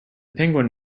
penguin